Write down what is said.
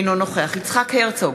אינו נוכח יצחק הרצוג,